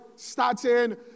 Starting